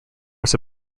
was